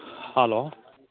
hello